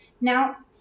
now